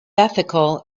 ethical